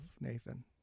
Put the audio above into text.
Nathan